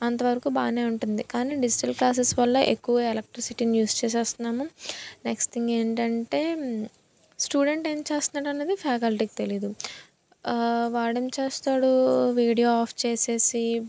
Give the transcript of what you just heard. అంతవరకు బాగా ఉంటుంది కానీ డిజిటల్ క్లాసెస్ వల్ల ఎక్కువ ఎలక్ట్రిసిటీని యూస్ చేస్తున్నాము నెక్స్ట్ థింగ్ ఏంటంటే స్టూడెంట్ ఏమి చేస్తున్నాడు అన్నది ఫ్యాకల్టీకి తెలియదు వాడేం చేస్తాడు వీడియో ఆఫ్ చేసి